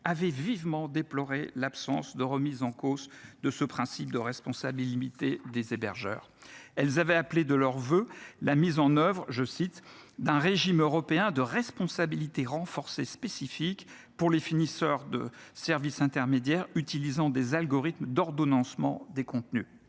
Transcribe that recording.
avaient vivement déploré l’absence de remise en cause de ce principe de responsabilité limitée des hébergeurs. Elles avaient appelé de leurs vœux la mise en œuvre d’un « régime européen de responsabilité renforcée spécifique pour les fournisseurs de service intermédiaire utilisant des algorithmes d’ordonnancement des contenus ».